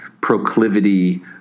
proclivity